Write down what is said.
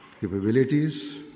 capabilities